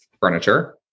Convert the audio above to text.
furniture